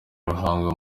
ruhango